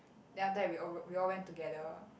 then after that we all we all went together